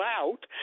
out